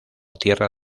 tierra